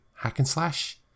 hack-and-slash